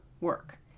work